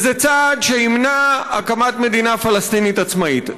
וזה צעד שימנע הקמת מדינה פלסטינית עצמאית.